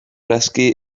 aski